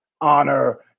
Honor